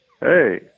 hey